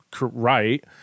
right